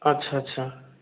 আচ্ছা আচ্ছা